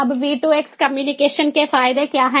अब V2X communication के फायदे क्या हैं